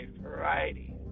variety